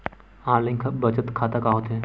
Online बचत खाता का होथे?